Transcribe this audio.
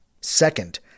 Second